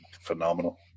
phenomenal